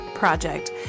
Project